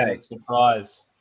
surprise